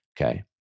okay